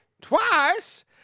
Twice